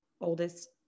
oldest